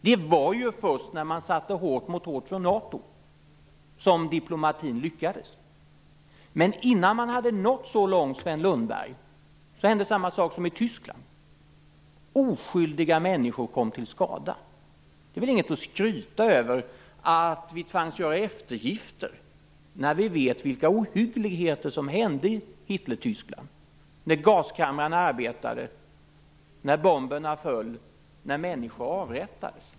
Det var först när NATO satte hårt mot hårt som diplomatin lyckades. Men innan man hade nått så långt, Sven Lundberg, hände samma sak som i Tyskland. Oskyldiga människor kom till skada. Det är väl inget att skryta över att vi tvangs göra eftergifter, när vi vet vilka ohyggligheter som hände i Hitlertyskland - när gaskamrarna arbetade, när bomberna föll och när människor avrättades.